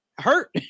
hurt